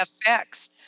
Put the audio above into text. effects